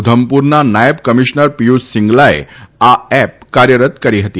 ઉધમપુરના નાયબ કમિશ્નર પીયુષ સીંગલાએ આ એપ કાર્યરત કરી હતી